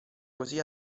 così